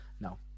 No